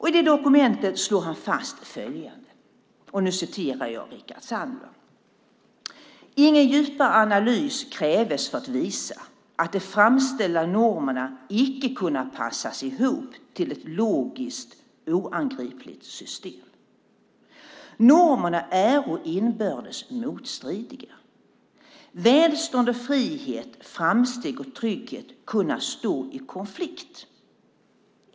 I dokumentet slår Rickard Sandler fast följande: "Ingen djupare analys kräves för att visa, att de framställda normerna icke kunna passas ihop till ett logiskt oangripligt system. Normerna äro inbördes motstridiga. Välstånd och frihet, framsteg och trygghet kunna stå i konflikt.